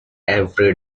every